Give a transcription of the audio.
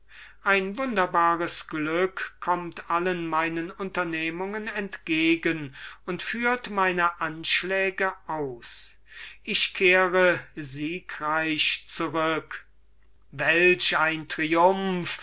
ein wunderbares glück kömmt allen meinen unternehmungen entgegen und führt meine anschläge aus ich kehre siegreich zurück welch ein triumph